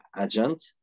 agent